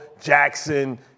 Jackson